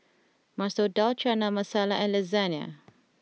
Masoor Dal Chana Masala and Lasagne